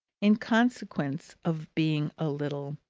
in consequence of being a little